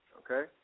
okay